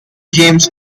james